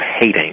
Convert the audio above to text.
hating